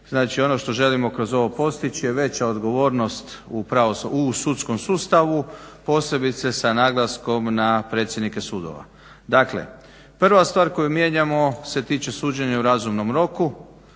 Znači ono što želimo kroz ovo postići je veća odgovornost u sudskom sustavu, posebice sa naglaskom na predsjednike sudova. Dakle prva stvar koju mijenjamo se tiče suđenja u razumnom roku,